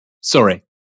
Sorry